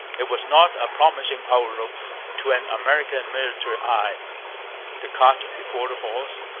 it was not a promising outlook to an american military eye the cart before the horse,